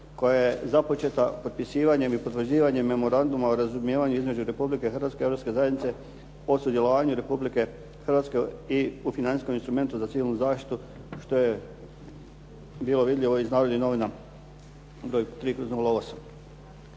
koja je započeta potpisivanjem Memoranduma o razumijevanju između Republike Hrvatske i Europske zajednice o sudjelovanju Republike Hrvatske i financijskom instrumentu za civilnu zaštitu što je bilo vidljivo iz Narodnih novina broj